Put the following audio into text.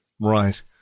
Right